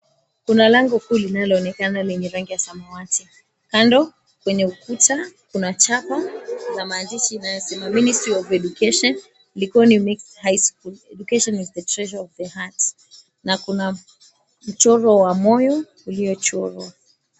Kuna lango kuu linaonekana lenye rangi ya samawati, kando kwenye ukuta kuna chapa ya maandishi yanayomsema, Ministry Of Education Likoni Mixed High School. Education Is The Key To The Heart na kuna mchoro wa moyo uliochorwa.